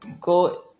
go